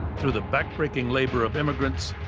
through the backbreaking labor of immigrants,